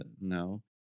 no